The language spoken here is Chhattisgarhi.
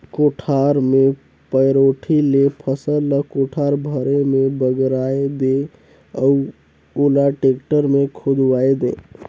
कोठार मे पैरोठी ले फसल ल कोठार भरे मे बगराय दे अउ ओला टेक्टर मे खुंदवाये दे